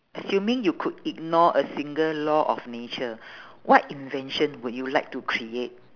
assuming you could ignore a single law of nature what invention would you like to create